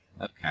Okay